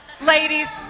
ladies